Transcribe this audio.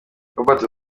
roberto